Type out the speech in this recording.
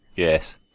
Yes